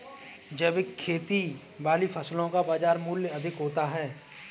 जैविक खेती वाली फसलों का बाजार मूल्य अधिक होता है